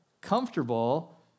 comfortable